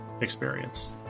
experience